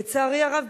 לצערי הרב,